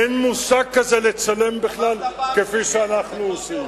אין מושג כזה לצלם בכלל כפי שאנחנו עושים,